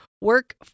work